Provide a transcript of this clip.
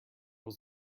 was